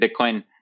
Bitcoin